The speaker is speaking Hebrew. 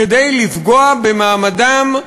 כדי לפגוע במעמדם,